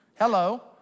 Hello